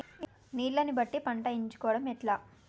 నీళ్లని బట్టి పంటను ఎంచుకోవడం ఎట్లా?